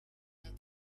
and